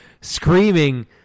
screaming